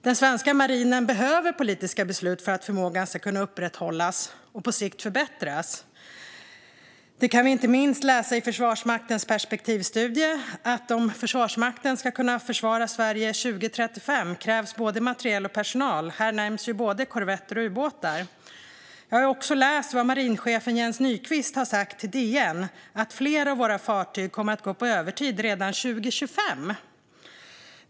Den svenska marinen behöver politiska beslut för att förmågan ska kunna upprätthållas och på sikt förbättras. Detta kan vi läsa inte minst i Försvarsmaktens perspektivstudie. Om Försvarsmakten ska kunna försvara Sverige 2035 krävs både materiel och personal. Här nämns både korvetter och ubåtar. Jag har också läst vad marinchefen Jens Nykvist har sagt till DN: Flera av våra fartyg kommer att gå på övertid redan 2025.